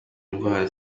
indwara